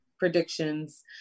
predictions